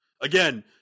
Again